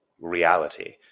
reality